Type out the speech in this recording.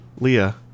Leah